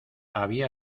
había